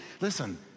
Listen